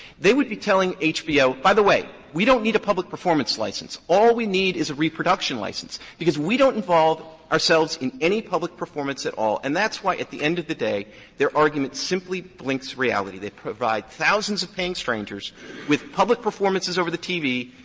they would be telling hbo, by the way, we don't need a public performance license. all we need is a reproduction license because we don't involve ourselves in any public performance at all, and that's why at the end of the day their argument simply blinks reality. they provide thousands of paying strangers with public performances over the tv,